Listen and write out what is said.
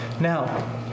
Now